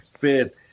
fit